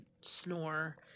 snore